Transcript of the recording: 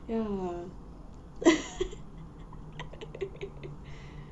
ya